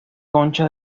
concha